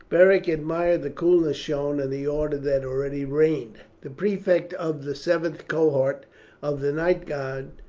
beric admired the coolness shown and the order that already reigned. the prefect of the seventh cohort of the night guard,